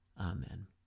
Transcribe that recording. Amen